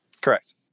Correct